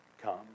come